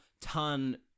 ton